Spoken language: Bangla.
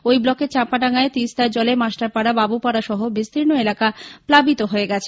ওই ব্লকের চাপাডাঙ্গায় তিস্বার জলে মাস্টারপাড়া বাবুপাড়া সহ বিস্তীর্ণ এলাকা প্লাবিত হয়ে গেছে